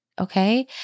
okay